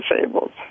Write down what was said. disabled